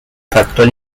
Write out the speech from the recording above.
factor